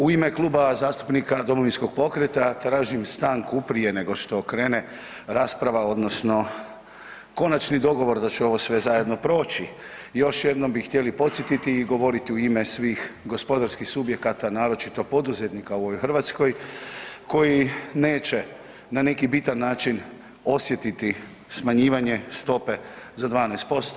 U ime Kluba zastupnika Domovinskog pokreta tražim stanku prije nego što krene rasprava odnosno konačni dogovor da će ovo sve zajedno proći, još jednom bih htjeli podsjetiti i govoriti u ime svih gospodarskih subjekata naročito poduzetnika u ovoj Hrvatskoj koji neće na neki bitan način osjetiti smanjivanje stope za 12%